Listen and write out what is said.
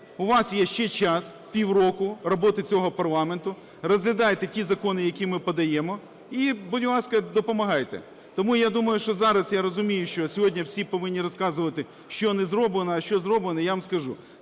У вас є ще час, півроку роботи цього парламенту. Розглядайте ті закони, які ми подаємо. І, будь ласка, допомагайте. Тому, я думаю, що зараз, я розумію, що сьогодні всі повинні розказувати, що не зроблено, а що зроблено. Я вам скажу,